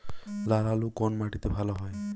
লাল আলু কোন মাটিতে ভালো হয়?